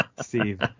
Steve